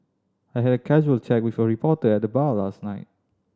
I had a casual chat with a reporter at the bar last night